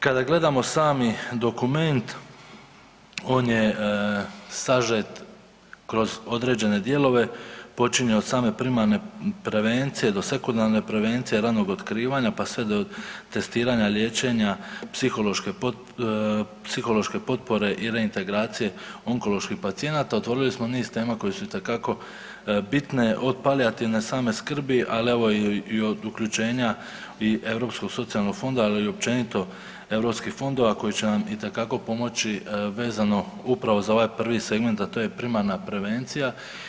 Kada gledamo sami dokument on je sažet kroz određene dijelova, počine od same primarne prevencije do sekundarne prevencije, ranog otkrivanja pa sve do testiranja liječenja, psihološke potpore i reintegracije onkoloških pacijenata otvorili smo niz tema koje su itekako bitne od palijativne same skrbi, ali evo i od uključenja i Europskog socijalnog fonda ali i općenito europskih fondova koji će nam itekako pomoći vezano upravo za ovaj prvi segment a to je primarna prevencija.